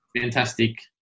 fantastic